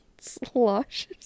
slosh